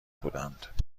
بودند